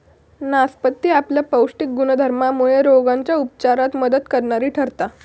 नासपती आपल्या पौष्टिक गुणधर्मामुळे रोगांच्या उपचारात मदत करणारी ठरता